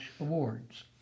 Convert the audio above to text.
awards